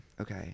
Okay